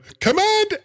command